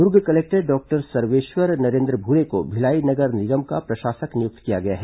दुर्ग collector doctor Sarveshwar Narendra Bhure को भिलाई नगर निगम का प्रशासक नियुक्त किया गया है